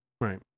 Right